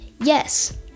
yes